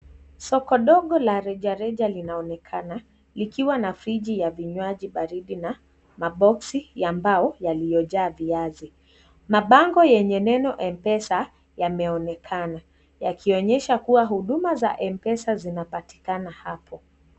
Soko ndogo la rejareja linaonekana, likiwa na friji ya vinywaji baridi na boxes ya mbao yaliyojaa viazi. Mabango yenye neno Mpesa yameonekana, yakionyesha kuwa huduma za Mpesa zinapatikana hapo.